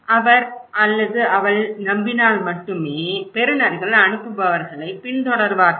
அவர் அல்லது அவள் நம்பினால் மட்டுமே பெறுநர்கள் அனுப்புபவர்களைப் பின்தொடர்வார்கள்